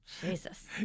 Jesus